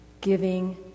giving